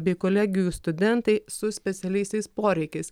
bei kolegijų studentai su specialiaisiais poreikiais